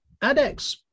ADEX